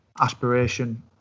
aspiration